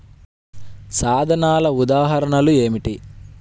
సాధనాల ఉదాహరణలు ఏమిటీ?